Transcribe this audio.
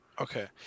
Okay